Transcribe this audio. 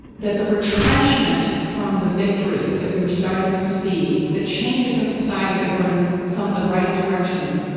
that the retrenchment from the victories that we were starting to see, the changes in society that were in some of the right directions,